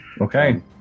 Okay